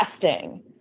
testing